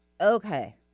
okay